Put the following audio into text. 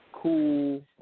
Cool